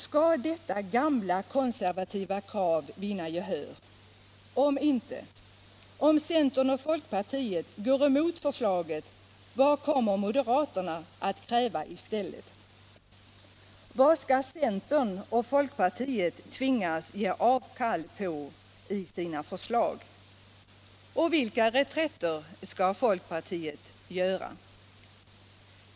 Skall detta gamla konservativa krav vinna gehör? Om inte —- om centern och folkpartiet går emot förslaget - vad kommer moderaterna att kräva i stället? Vad skall centern och folkpartiet tvingas ge avkall på i sina förslag? Och vilka reträtter skall folkpartiet göra?